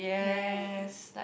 right like like